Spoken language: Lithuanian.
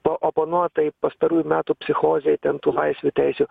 paoponuot tai pastarųjų metų psichozei tn tų laisvių teisių